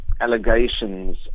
allegations